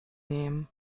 nehmen